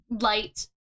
light